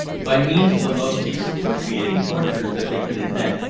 by means of the most excruciating tortures that they could invent,